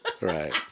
Right